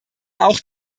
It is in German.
auch